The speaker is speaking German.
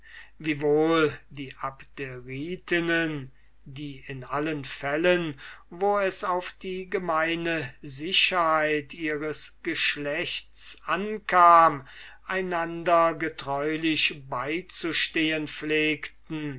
die abderitinnen die in allen fällen wo es auf die gemeine sicherheit ihres geschlechtes ankam einander getreulich beizustehen pflegten